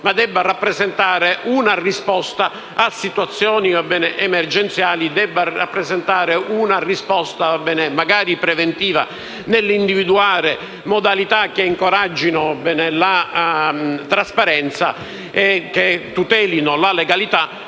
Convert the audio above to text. ma debba rappresentare una risposta a situazioni emergenziali, una risposta, magari preventiva, nell'individuare modalità che incoraggino la trasparenza e che tutelino la legalità,